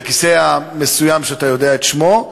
הכיסא המסוים שאתה יודע את שמו.